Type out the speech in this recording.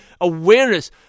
Awareness